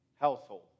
household